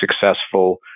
successful